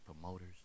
promoters